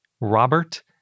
Robert